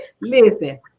Listen